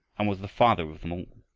and was the father of them all.